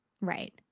Right